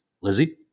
Lizzie